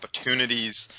opportunities